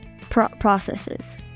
processes